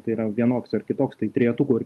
tai yra vienoks ar kitoks tai trejetuku ar